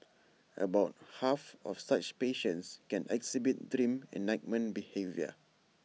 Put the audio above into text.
about half of such patients can exhibit dream enactment behaviour